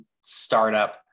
startup